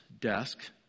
desk